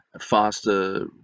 faster